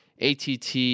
ATT